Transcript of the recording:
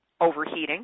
overheating